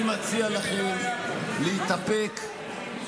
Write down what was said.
יש לכם הרבה מה ללמוד ממנו, ואני מציע לכם להתאפק.